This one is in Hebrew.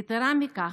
יתרה מזו,